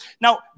Now